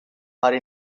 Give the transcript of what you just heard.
are